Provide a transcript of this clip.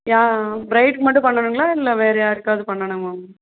யா ப்ரைட் மட்டும் பண்ணணுங்களா இல்லை வேறு யாருக்காவது பண்ணணுமா மேம்